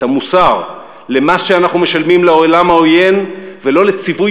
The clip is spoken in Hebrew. את המוסר למס שאנחנו משלמים לעולם העוין ולא לציווי